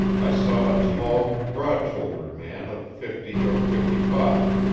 i saw a tall, broad-shouldered man of fifty or fifty-five,